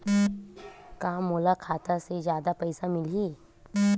का मोला खाता से जादा पईसा मिलही?